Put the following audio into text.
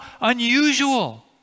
unusual